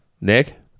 Nick